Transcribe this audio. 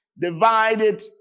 divided